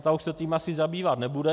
Ta už se tím asi zabývat nebude.